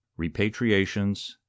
repatriations